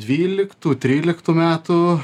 dvyliktų tryliktų metų